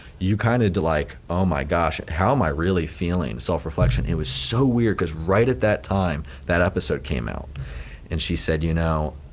you kinda do like, oh my gosh, how am i really feeling? self reflection, it was so weird cause right at that time that episode came up and she said, you know,